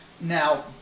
Now